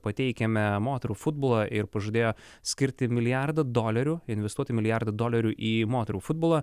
pateikiame moterų futbolą ir pažadėjo skirti milijardą dolerių investuoti milijardą dolerių į moterų futbolą